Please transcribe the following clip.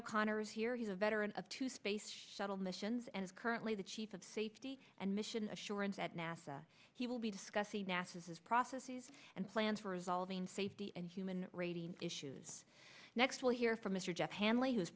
o'conner is here he's a veteran of two space shuttle missions and is currently the chief of safety and mission assurance at nasa he will be discussing nasa says processes and plans for resolving safety and human radiant issues next we'll hear from m